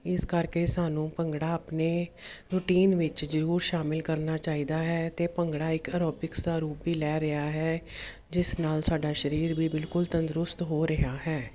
ਇਸ ਕਰਕੇ ਸਾਨੂੰ ਭੰਗੜਾ ਆਪਣੇ ਰੂਟੀਨ ਵਿੱਚ ਜ਼ਰੂਰ ਸ਼ਾਮਲ ਕਰਨਾ ਚਾਹੀਦਾ ਹੈ ਅਤੇ ਭੰਗੜਾ ਇੱਕ ਅਰੋਬਿਕਸ ਦਾ ਰੂਪ ਵੀ ਲੈ ਰਿਹਾ ਹੈ ਜਿਸ ਨਾਲ ਸਾਡਾ ਸਰੀਰ ਵੀ ਬਿਲਕੁਲ ਤੰਦਰੁਸਤ ਹੋ ਰਿਹਾ ਹੈ